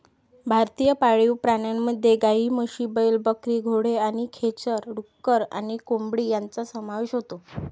भारतीय पाळीव प्राण्यांमध्ये गायी, म्हशी, बैल, बकरी, घोडे आणि खेचर, डुक्कर आणि कोंबडी यांचा समावेश होतो